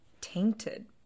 tainted